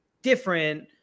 different